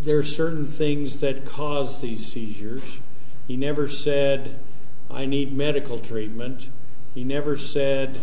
there are certain things that cause these seizures he never said i need medical treatment he never said